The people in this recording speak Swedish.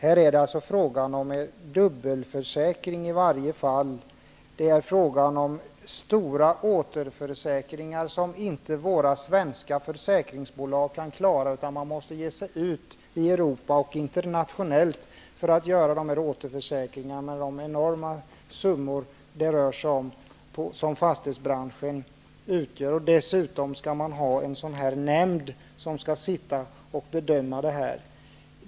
Här är det fråga om dubbelförsäkring i varje fall, och det är fråga om stora återförsäkringar som våra svenska försäkringsbolag inte kan klara, utan man måste ge sig ut på den internationella marknaden för att teckna återförsäkringarna. Det är enorma summor det rör sig om inom fastighetsbranschen. Dessutom skall det finnas en nämnd som skall sitta och göra sina bedömningar.